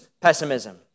pessimism